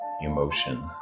emotion